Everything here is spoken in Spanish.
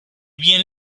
bien